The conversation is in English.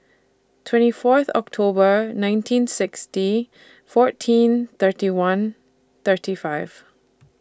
twenty Fourth October nineteen sixty fourteen thirty one thirty five